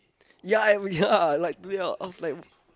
ya we ya we yeah I was like